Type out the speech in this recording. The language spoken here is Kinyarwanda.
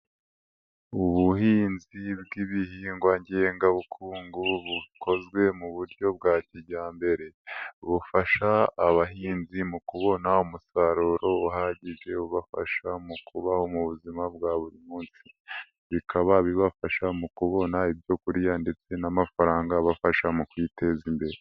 Ubuhinzi bw'ibihingwa ngengabukungu bukozwe mu buryo bwa kijyambere, bufasha abahinzi mu kubona umusaruro uhagije ubafasha mu kubaho mu buzima bwa buri munsi, bikaba bibafasha mu kubona ibyo kurya ndetse n'amafaranga abafasha mu kwiteza imbere.